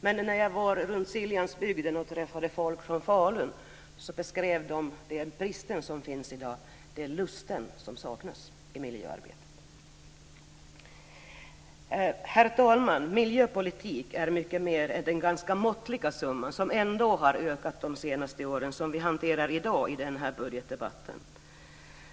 Men när jag var runt Siljansbygden och träffade folk från Falun beskrev de den brist som finns i dag: Det är lusten i miljöarbetet som saknas. Herr talman! Miljöpolitik är mycket mer än den ganska måttliga summa, som ändå har ökat de senaste åren, som vi hanterar i dag i den här budgetdebatten.